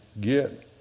Get